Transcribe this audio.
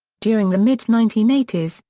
during the mid nineteen eighty s,